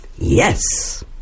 Yes